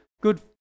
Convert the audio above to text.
good